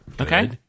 Okay